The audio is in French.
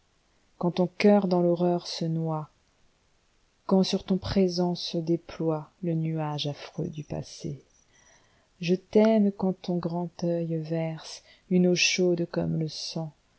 quand ton cœur dans l'horreur se noie quand sur ton présent se déploiele nuage affreux du passé je t'aime quand ton grand œil verseune eau chaude comme le sang